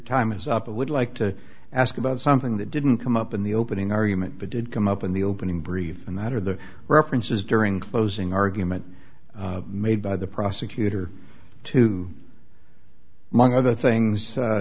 time is up i would like to ask about something that didn't come up in the opening argument but did come up in the opening brief and that are the references during closing argument made by the prosecutor to mung other things